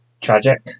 tragic